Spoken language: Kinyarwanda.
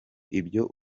ibyo